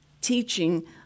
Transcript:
teaching